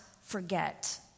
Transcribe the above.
forget